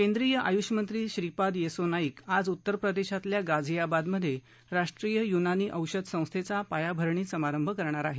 केंद्रीय आयुष मत्री श्रीपाद येसो नाईक आज उत्तर प्रदेशातल्या गझियाबादमध्ये राष्ट्रीय युनानी औषध संस्थेचा पायाभरणी समारंभ करणार आहेत